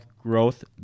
growth